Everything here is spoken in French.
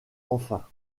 enfin